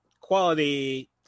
quality